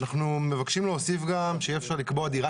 מבקשים להוסיף גם שיהיה אפשר לקבוע דירה